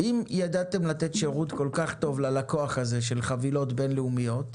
ידעתם לתת שירות כל כך טוב ללקוח של חבילות בינלאומיות,